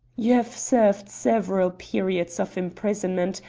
you have served several periods of imprisonment,